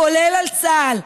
כולל על צה"ל.